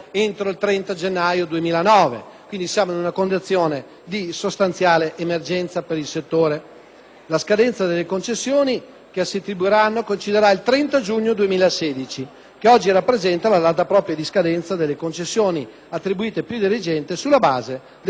quindi siamo in una condizione di sostanziale emergenza per il settore. La scadenza delle concessioni che si attribuiranno coinciderà il 30 giugno 2016, che oggi rappresenta la data propria di scadenza delle concessioni attribuite più di recente sulla base della cosiddetta legge Bersani.